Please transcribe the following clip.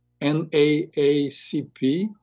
NAACP